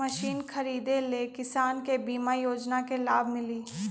Machine खरीदे ले किसान के बीमा योजना के लाभ मिली?